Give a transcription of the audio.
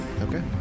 Okay